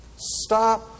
Stop